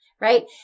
right